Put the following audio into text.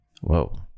Whoa